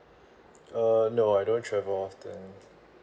err no I don't travel often